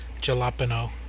jalapeno